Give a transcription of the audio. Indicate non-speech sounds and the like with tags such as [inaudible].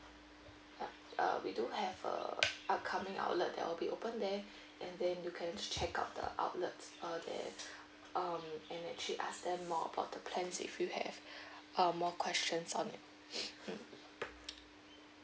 uh we do have a upcoming outlet that will be opened there and then you can just check out the outlets uh there um and actually ask them more about the plans if you have err more questions on it [breath] mm